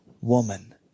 woman